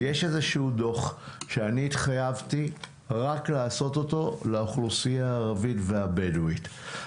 יש איזשהו דוח שאני התחייבתי רק לעשות אותו לאוכלוסייה הערבית והבדואית,